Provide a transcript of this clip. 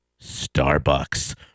Starbucks